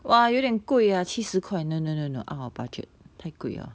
!wah! 有点贵啊七十块 no no no no out of budget 太贵了